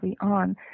on